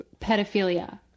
pedophilia